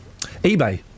eBay